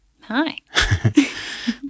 Hi